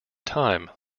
time